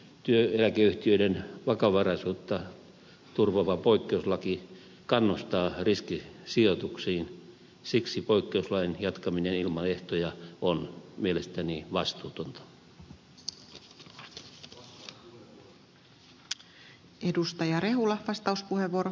työeläkeyhtiöiden vakavaraisuutta turvaava poikkeuslaki kannustaa riskisijoituksiin siksi poikkeuslain jatkaminen ilman ehtoja on mielestäni vastuutonta